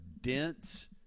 dense